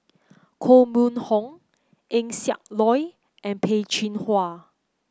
Koh Mun Hong Eng Siak Loy and Peh Chin Hua